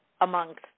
amongst